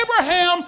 Abraham